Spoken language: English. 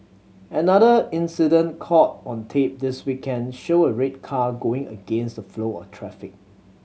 another incident caught on tape this weekend showed a red car going against the flow of traffic